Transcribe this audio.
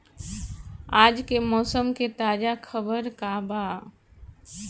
आज के मौसम के ताजा खबर का बा?